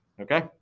okay